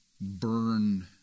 burn